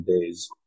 days